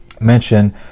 mention